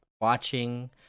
watching